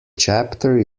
chapter